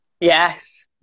Yes